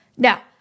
Now